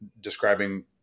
describing